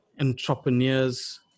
entrepreneurs